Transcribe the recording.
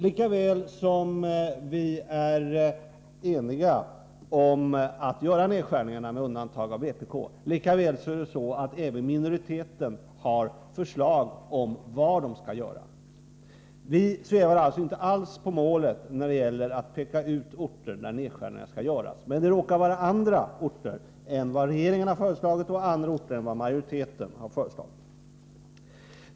Lika väl som vi — med undantag av vpk — är eniga om att göra nedskärningar, lika väl har minoriteten föreslagit var de skall göras. Vi svävar inte alls på målet när det gäller att peka ut orter där nedskärningar skall göras, men det råkar vara andra orter än regeringen har föreslagit och andra orter än majoriteten har föreslagit.